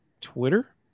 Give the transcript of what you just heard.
twitter